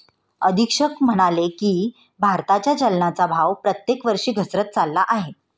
अधीक्षक म्हणाले की, भारताच्या चलनाचा भाव प्रत्येक वर्षी घसरत चालला आहे